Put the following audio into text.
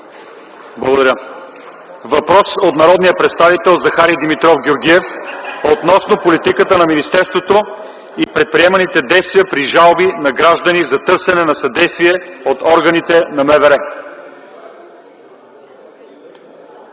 ИВАНОВ: Въпрос от народния представител Захари Димитров Георгиев относно политиката на министерството и предприеманите действия при жалби на граждани за търсене на съдействие от органите на МВР.